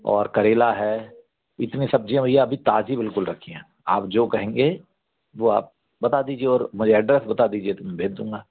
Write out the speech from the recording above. और करेला है इतनी सब्ज़ियाँ भैया अभी ताज़ी बिल्कुल रखी हैं आप जो कहेंगे वो आप बता दीजिए और मुझे एड्रेस बता दीजिए तो मैं भेज दूँगा